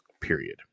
period